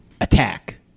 attack